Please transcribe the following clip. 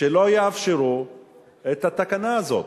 שלא יאפשרו את התקנה הזו.